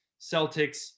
Celtics